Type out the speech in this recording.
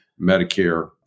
Medicare